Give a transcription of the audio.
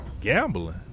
gambling